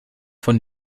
von